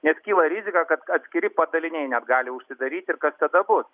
net kyla rizika kad atskiri padaliniai net gali užsidaryti ir kas tada bus